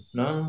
no